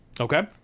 Okay